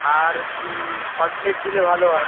আর phosphate দিলে ভালো হয়